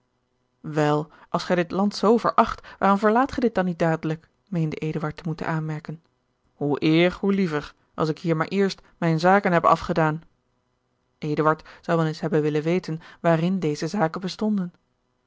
wel als gij dit land zoo veracht waarom verlaat gij dit dan niet dadelijk meende eduard te moeten aanmerken hoe eer hoe liever als ik hier maar eerst mijne zaken heb afgedaan eduard zou wel eens hebben willen weten waarin deze zaken bestonden